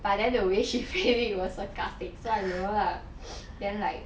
but then the way she phrased it was sarcastic so I don't know lah then like